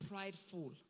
prideful